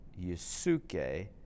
Yusuke